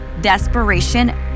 Desperation